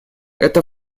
это